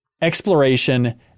exploration